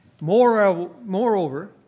Moreover